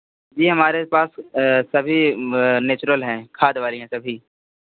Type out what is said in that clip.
जी हमारे पास सभी नेचुरल हैं खाद वाली हैं सभी